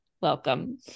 welcome